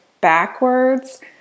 backwards